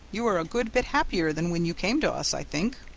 you are a good bit happier than when you came to us, i think.